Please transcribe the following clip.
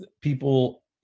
people